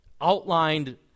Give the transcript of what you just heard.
outlined